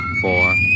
four